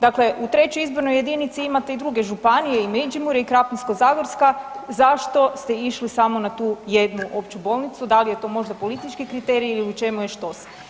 Dakle, u III. izbornoj jedinici imate i druge županije i Međimurje i Krapinsko-zagorska, zašto ste išli samo na tu jednu opću bolnicu, da li je to možda politički kriterij ili u čemu je štos?